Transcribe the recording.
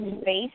space